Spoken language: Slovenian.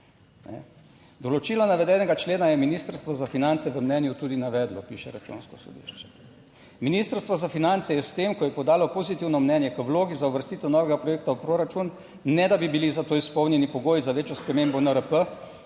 "Določila navedenega člena je Ministrstvo za finance v mnenju tudi navedlo, piše Računsko sodišče. Ministrstvo za finance je s tem, ko je podalo pozitivno mnenje k vlogi za uvrstitev novega projekta v proračun, ne da bi bili za to izpolnjeni pogoji za večjo spremembo NRP